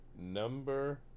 Number